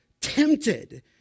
tempted